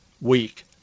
week